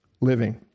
living